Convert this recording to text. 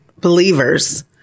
believers